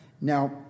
Now